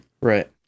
Right